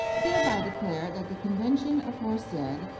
hereby declare that the convention aforesaid,